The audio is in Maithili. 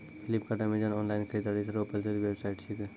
फ्लिपकार्ट अमेजॉन ऑनलाइन खरीदारी रो प्रचलित वेबसाइट छिकै